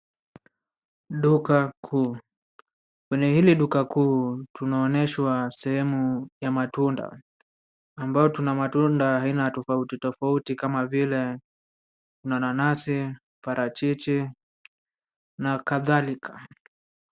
Duka kuu, kwenye hili duka kuu tunaonyeshwa sehemu ya matunda ambao tuna matunda aina tofauti tofauti kama vile mananasi, parachichi na kadhalika.